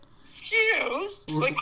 excuse